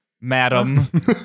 madam